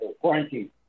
quarantine